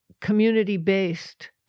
Community-based